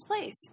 place